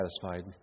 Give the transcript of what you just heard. satisfied